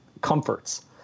comforts